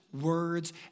words